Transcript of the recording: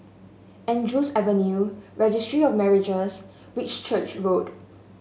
Andrews Avenue Registry of Marriages Whitchurch Road